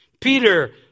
Peter